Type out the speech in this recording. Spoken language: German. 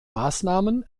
maßnahmen